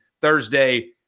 Thursday